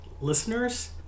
Listeners